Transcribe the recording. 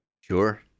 Sure